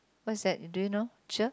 what's that do you know cher